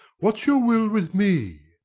what's your will with me?